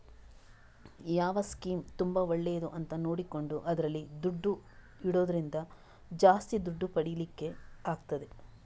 ಯಾವ ಸ್ಕೀಮ್ ತುಂಬಾ ಒಳ್ಳೇದು ಅಂತ ನೋಡಿಕೊಂಡು ಅದ್ರಲ್ಲಿ ದುಡ್ಡು ಇಡುದ್ರಿಂದ ಜಾಸ್ತಿ ದುಡ್ಡು ಪಡೀಲಿಕ್ಕೆ ಆಗ್ತದೆ